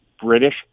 British